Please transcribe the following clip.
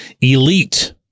elite